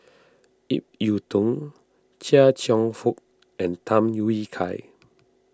Ip Yiu Tung Chia Cheong Fook and Tham Yui Kai